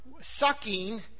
sucking